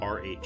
rh